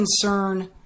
concern